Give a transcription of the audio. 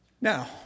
Now